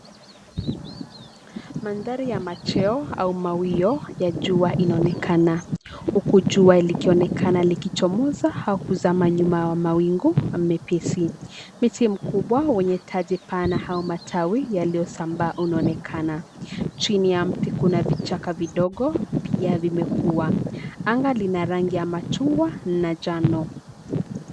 Mandhari ya macheo au mawio ya jua inaonekana. Huku jua likioneakana likichomoza au kuzama nyuma wa mawingu mepesi. Miti mkubwa wenye taji pana au matawi yaliyosambaa unaonekana. Chini ya mti kuna vichaka vidogo, pia vimekuwa. Anga lina rangi ya machungwa na njano.